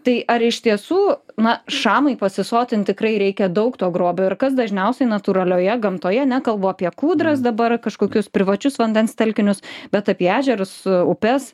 tai ar iš tiesų na šamui pasisotinti tikrai reikia daug to grobio ir kas dažniausiai natūralioje gamtoje nekalbu apie kūdras dabar kažkokius privačius vandens telkinius bet apie ežerus upes